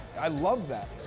i love that.